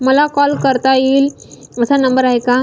मला कॉल करता येईल असा नंबर आहे का?